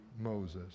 Moses